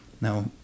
Now